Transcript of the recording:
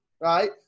right